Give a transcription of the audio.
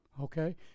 Okay